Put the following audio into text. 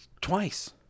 Twice